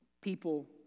people